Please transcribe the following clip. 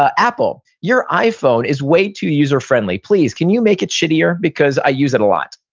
ah apple. your iphone is way too user friendly. please, can you make it shittier? because i use it a lot.